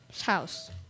House